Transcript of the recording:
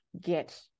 get